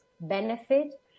benefit